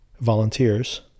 volunteers